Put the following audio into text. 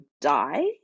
die